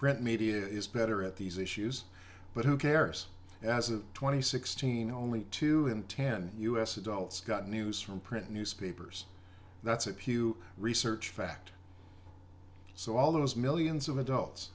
print media is better at these issues but who cares as a twenty sixteen only two in ten u s adults got news from print newspapers that's a pew research fact so all those millions of adults